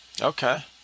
Okay